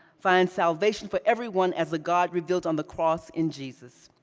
finds salvation for everyone as the god revealed on the cross in jesus.